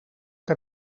que